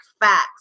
facts